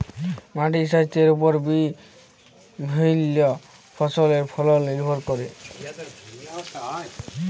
মাটির স্বাইস্থ্যের উপর বিভিল্য ফসলের ফলল লির্ভর ক্যরে